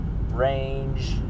Range